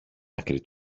άκρη